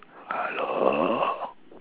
a lot